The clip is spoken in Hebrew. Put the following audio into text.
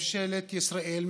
ממשלת ישראל,